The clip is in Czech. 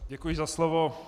Děkuji za slovo.